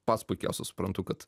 pats puikiausia suprantu kad